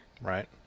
Right